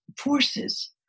forces